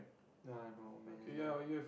no ah no man ah